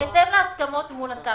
בהתאם להסכמות מול השר